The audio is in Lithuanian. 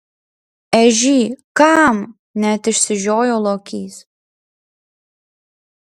ežy kam net išsižiojo lokys